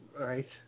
Right